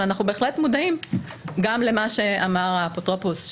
אנחנו בהחלט מודעים גם למה שאמר האפוטרופוס,